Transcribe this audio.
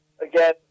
Again